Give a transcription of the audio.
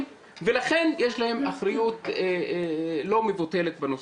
ולכן יש להם אחריות לא מבוטלת בנושא.